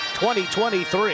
2023